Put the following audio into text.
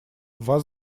вас